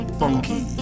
funky